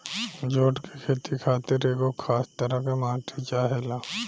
जुट के खेती खातिर एगो खास तरह के माटी चाहेला